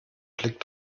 blick